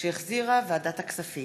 שהחזירה ועדת הכספים.